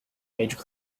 major